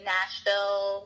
Nashville